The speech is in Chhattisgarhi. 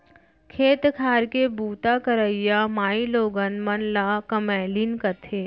खेत खार के बूता करइया माइलोगन मन ल कमैलिन कथें